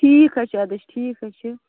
ٹھیٖک حظ چھُ اَدٕ حظ ٹھیٖک حظ چھُ